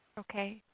okay.